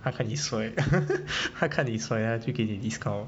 他看你帅 他看你帅他就给你 discount